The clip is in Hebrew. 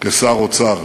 כשר האוצר.